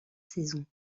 saison